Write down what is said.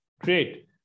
great